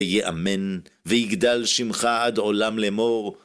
ויאמן, ויגדל שמך עד עולם לאמור.